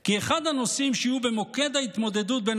כי אחד הנושאים שיהיו במוקד ההתמודדות בין